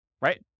right